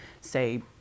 say